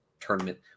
tournament